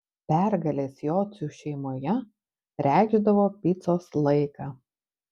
pergalės jocių šeimoje reikšdavo picos laiką